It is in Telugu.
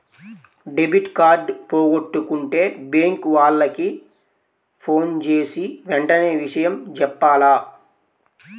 డెబిట్ కార్డు పోగొట్టుకుంటే బ్యేంకు వాళ్లకి ఫోన్జేసి వెంటనే విషయం జెప్పాల